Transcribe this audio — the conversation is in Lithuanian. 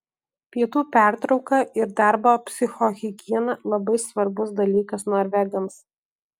pietų pertrauka ir darbo psichohigiena labai svarbus dalykas norvegams